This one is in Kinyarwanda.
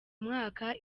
mwaka